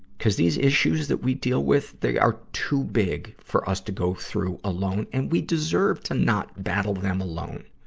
cuz these issues that we deal with, they are too big for us to go through alone. and we deserve to not battle them alone.